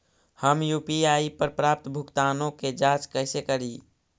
हम यु.पी.आई पर प्राप्त भुगतानों के जांच कैसे करी?